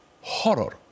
Horror